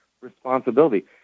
responsibility